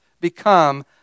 become